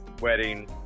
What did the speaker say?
wedding